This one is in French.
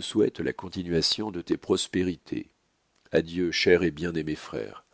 souhaite la continuation de tes prospérités adieu cher et bien-aimé frère